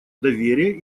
доверия